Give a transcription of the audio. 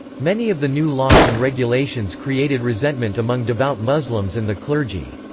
many of the new laws and regulations created resentment among devout muslims and the clergy.